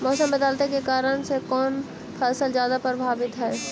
मोसम बदलते के कारन से कोन फसल ज्यादा प्रभाबीत हय?